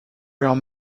were